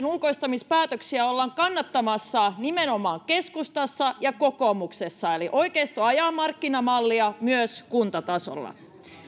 ulkoistamispäätöksiä ollaan kannattamassa nimenomaan keskustassa ja kokoomuksessa eli oikeisto ajaa markkinamallia myös kuntatasolla